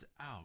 out